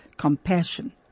compassion